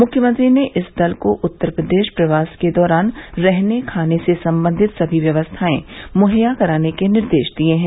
मुख्यमंत्री ने इस दल को उत्तर प्रदेश प्रवास के दौरान रहने खाने से सम्बन्धित सभी व्यवस्थाएं मुहैया कराने के निर्देश दिये हैं